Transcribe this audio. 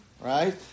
Right